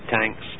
tanks